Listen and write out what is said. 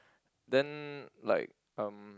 then like um